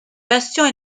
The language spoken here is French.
bastions